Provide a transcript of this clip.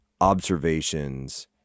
observations